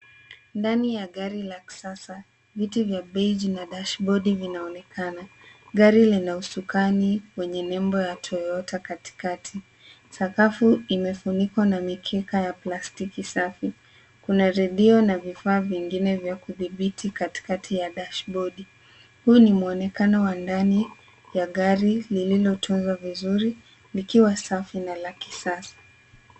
Ndani la gari la kisasa. Viti vya beiji na dashbodi vinaonekana. Gari lina usukani wenye nembo ya (cs) Toyota (cs) katikati. Sakafu imefunikwa na mikeka ya plastiki safi. Kuna redio na vifaa vingine vya kudhibiti katikati ya dashbodi. Huu ni muonekano wa ndani ya gari lililotunzwa vizuri likiwa safi na la kisasa.